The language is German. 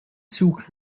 zug